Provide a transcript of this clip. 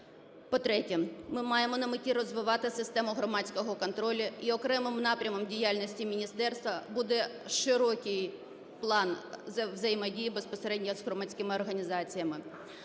По-третє, ми маємо на меті розвивати систему громадського контролю. І окремим напрямом діяльності міністерства буде широкий план взаємодії, безпосередньо з громадськими організаціями.